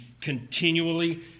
continually